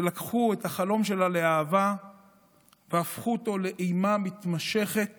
שלקחו את החלום שלה לאהבה והפכו אותו לאימה מתמשכת